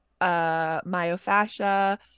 myofascia